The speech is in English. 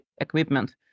equipment